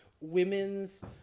women's